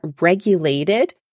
regulated